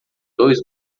dois